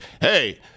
hey